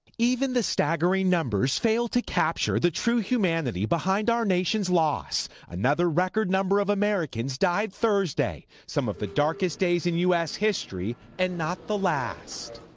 even the staggering numbers fail to capture the true humanity behind our nation's loss. another record number of americans died thursday, some of the darkest days in u s. history and not the last.